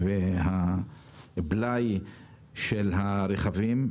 והבלאי של הרכבים.